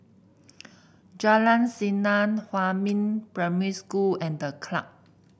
Jalan Senang Huamin Primary School and The Club